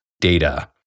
data